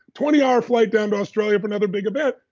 twenty hour flight down to australia for another big event,